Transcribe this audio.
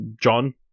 John